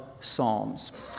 Psalms